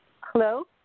Hello